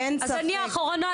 אז אני האחרונה,